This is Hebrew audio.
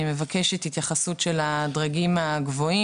אני מבקשת התייחסות של הדרגים הגבוהים.